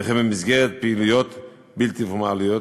וכן במסגרת פעילויות בלתי-פורמליות,